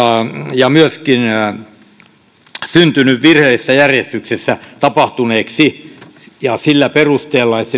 ja myöskin virheellisessä järjestyksessä tapahtuneeksi sillä perusteella että